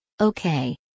Okay